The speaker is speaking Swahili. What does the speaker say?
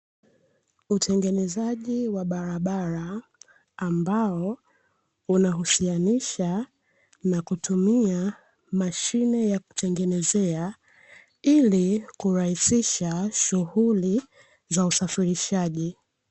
Utengenezaji wa barabara, ambao unahusianisha na kutumia mashine za kutengenezea ili kurahisisha shughuli za usafirishaji.